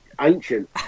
ancient